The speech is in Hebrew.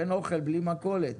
אין אוכל בלי מכולת.